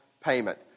payment